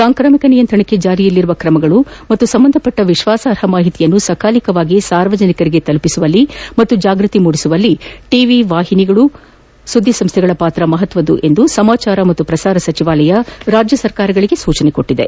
ಸಾಂಕ್ರಾಮಿಕ ನಿಯಂತ್ರಣಕ್ಕೆ ಜಾರಿಯಲ್ಲಿರುವ ಕ್ರಮಗಳು ಹಾಗೂ ಸಂಬಂಧಿತ ವಿಶ್ವಾಸಾರ್ಹ ಮಾಹಿತಿಯನ್ನು ಸಕಾಲಿಕವಾಗಿ ಸಾರ್ವಜನಿಕರಿಗೆ ತಲುಪಿಸಲು ಮತ್ತು ಜಾಗೃತಿ ಮೂಡಿಸುವಲ್ಲಿ ಟವಿ ವಾಹಿನಿಗಳು ಸುದ್ದಿಸಂಸ್ಥೆಗಳ ಪಾತ್ರ ಮಹತ್ವದ್ದು ಎಂದು ಸಮಾಚಾರ ಮತ್ತು ಪ್ರಸಾರ ಸಚಿವಾಲಯ ರಾಜ್ಯ ಸರ್ಕಾರಗಳಿಗೆ ಸೂಚಿಸಿದೆ